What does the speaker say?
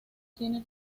tiene